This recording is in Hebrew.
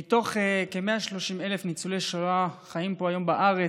מתוך כ-130,000 ניצולי שואה שחיים פה היום בארץ,